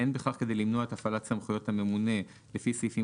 אין בכך כדי למנוע את הפעלת סמכויות הממונה לפי סעיפים